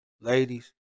ladies